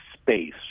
Space